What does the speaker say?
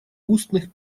устных